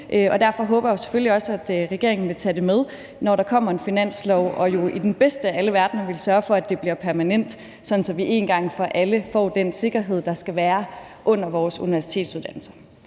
Derfor håber jeg jo selvfølgelig også, at regeringen vil tage det med, når der kommer en finanslov, og som i den bedste af alle verdener vil sørge for, at det bliver permanent, sådan at vi en gang for alle får den sikkerhed, der skal være om vores universitetsuddannelser.